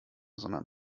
sondern